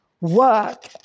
work